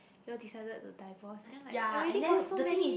you all decided to divorce then like already got so many